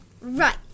Right